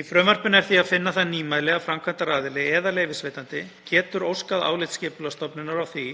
Í frumvarpinu er því að finna það nýmæli að framkvæmdaraðili eða leyfisveitandi getur óskað álits Skipulagsstofnunar á því